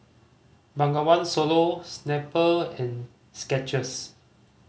Bengawan Solo Snapple and Skechers